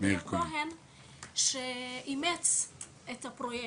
מאיר כהן שאימץ את הפרויקט,